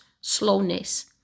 slowness